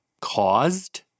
caused